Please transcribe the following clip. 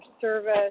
service